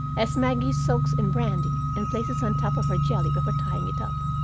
as maggie soaks in brandy and places on top of her jelly before tying it up.